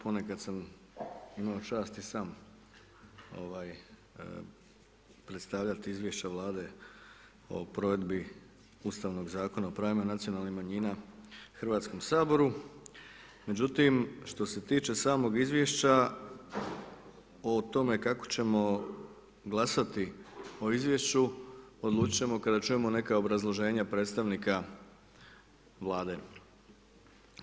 Ponekad sam imao čast i sam predstavljati izvješća vlade o provedbi Ustavnog zakona o pravima nacionalnih manjina Hrvatskom saboru, međutim, što se tiče samog izvješća o tome kako ćemo glasati o izvješću, odlučimo kada čujemo neka obrazloženja predstavnika vlade.